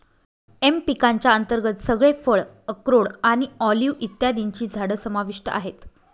M पिकांच्या अंतर्गत सगळे फळ, अक्रोड आणि ऑलिव्ह इत्यादींची झाडं समाविष्ट आहेत